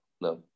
No